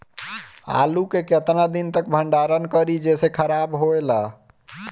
आलू के केतना दिन तक भंडारण करी जेसे खराब होएला?